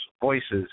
voices